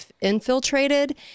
infiltrated